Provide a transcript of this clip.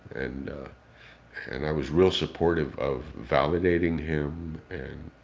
and and i was real supportive of validating him and,